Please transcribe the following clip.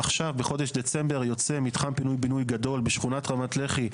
עכשיו בחודש דצמבר יוצא מתחם פינוי בינוי גדול בשכונת רמת לח"י,